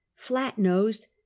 flat-nosed